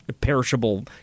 perishable